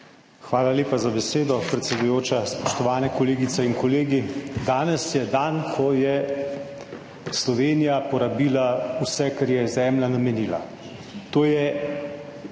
Hvala lepa za besedo, predsedujoča. Spoštovane kolegice in kolegi! Danes je dan, ko je Slovenija porabila vse, kar ji je Zemlja namenila. Osem